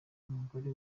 umugore